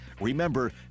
Remember